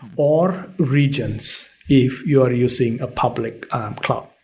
or regions if you are using a public clock.